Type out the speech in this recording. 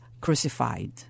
crucified